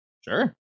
Sure